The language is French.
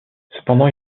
cependant